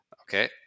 Okay